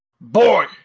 Boy